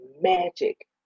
magic